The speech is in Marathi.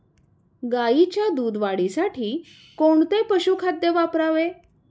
गाईच्या दूध वाढीसाठी कोणते पशुखाद्य वापरावे?